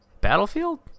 Battlefield